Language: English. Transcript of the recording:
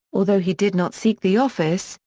although he did not seek the office,